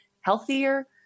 healthier